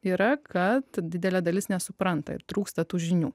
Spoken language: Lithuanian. yra kad didelė dalis nesupranta ir trūksta tų žinių